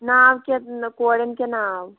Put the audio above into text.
ناو کیٛاہ کورٮ۪ن کیٛاہ ناو